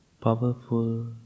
powerful